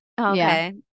Okay